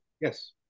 Yes